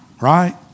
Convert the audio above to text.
right